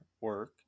work